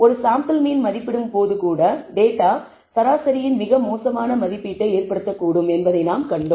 ஒரு sample mean மதிப்பிடும்போது கூட டேட்டா சராசரியின் மிக மோசமான மதிப்பீட்டை ஏற்படுத்தக்கூடும் என்பதை நாங்கள் கண்டோம்